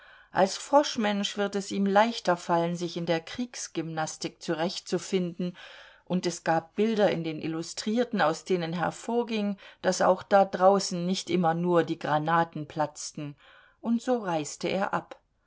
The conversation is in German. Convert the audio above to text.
als froschmensch wird es ihm leichter fallen sich in der kriegsgymnastik zurechtzufinden und es gab bilder in den illustrierten aus denen hervorging daß auch da draußen nicht immer nur die granaten platzten und so reiste er ab